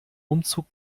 umzug